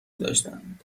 داشتند